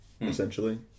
essentially